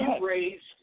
raised –